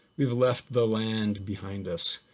we've left the land behind us,